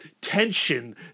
tension